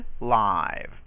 live